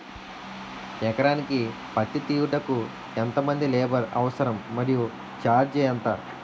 ఎకరానికి పత్తి తీయుటకు ఎంత మంది లేబర్ అవసరం? మరియు ఛార్జ్ ఎంత?